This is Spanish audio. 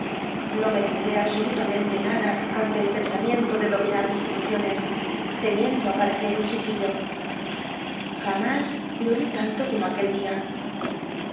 no me tmbé absol uta mente nada ante el pensamiento de domina mis emociones temiendo aparece un chiquillo j umís lloré tanto como aquel día